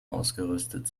ausgerüstet